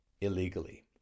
illegally